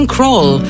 Crawl